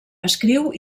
escriu